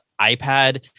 iPad